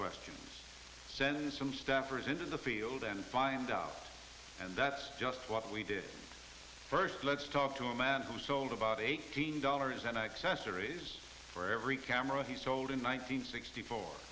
questions send some staffers into the field and find out and that's just what we did first let's talk to a man who sold about eighteen dollars and accessories for every camera he sold in one nine hundred sixty four